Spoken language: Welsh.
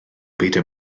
beidio